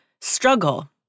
struggle